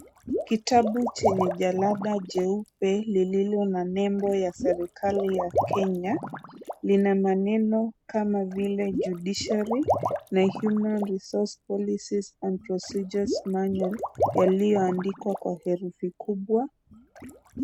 Kitabu chenye jalada jeupe lililo na nembo ya serikali ya Kenya. Lina maneno kama vile Judiciary na Human Resource Policies and Procedures Manual yaliyoandikwa kwa herufi kubwa.